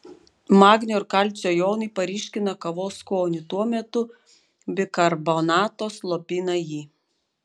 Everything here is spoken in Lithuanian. magnio ir kalcio jonai paryškina kavos skonį tuo metu bikarbonato slopina jį